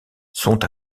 sont